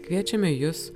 kviečiame jus